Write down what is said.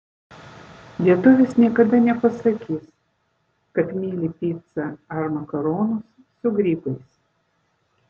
lietuvis niekada nepasakys kad myli picą ar makaronus su grybais